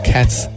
Cats